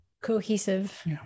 cohesive